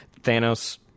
Thanos